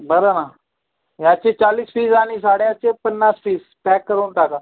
बरं ना याचे चाळीस पिस आणि साड्याचे पन्नास पिस पॅक करून टाका